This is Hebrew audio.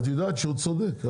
את יודעת שהוא צודק.